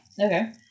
Okay